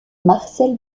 marcel